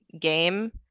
game